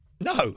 No